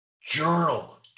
Journal